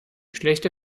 schlechte